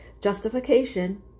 justification